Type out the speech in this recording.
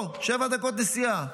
פה, שבע דקות נסיעה.